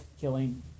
killing